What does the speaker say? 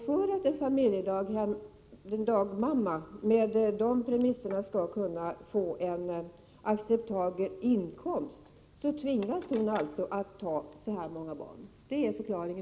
För att en dagmamma med de premisserna skall kunna få en acceptabel inkomst tvingas hon ta så många barn. Det är förklaringen.